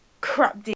crap